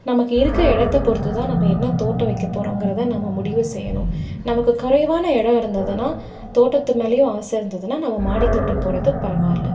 நமக்கு இருக்கற இடத்த பொறுத்துதான் நம்ம என்ன தோட்டம் வைக்கப் போகிறோங்கிறத நம்ம முடிவு செய்யணும் நமக்கு குறைவான இடம் இருந்ததுன்னா தோட்டத்து மேலேயும் ஆசை இருந்ததுன்னா நம்ம மாடித் தோட்டம் போடுறது பரவாயில்லை